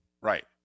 Right